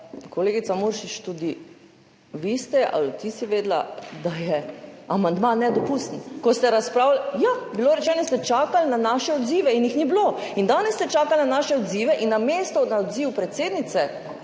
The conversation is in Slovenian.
Kolegica Muršič, tudi vi ste ali ti si vedela, da je amandma nedopusten, ko ste razpravljali … Ja, bilo je rečeno, da ste čakali na naše odzive in jih ni bilo. In danes ste čakali na naše odzive in namesto odziva predsednice